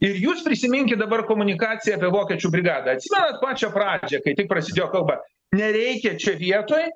ir jūs prisiminkit dabar komunikaciją apie vokiečių brigadą atsimenat pačią pradžią kai tik prasidėjo kalba nereikia čia vietoj